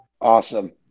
Awesome